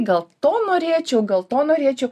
gal to norėčiau gal to norėčiau